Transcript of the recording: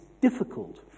difficult